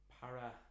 Para